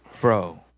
Bro